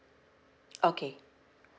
okay